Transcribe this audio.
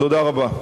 תודה רבה.